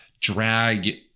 drag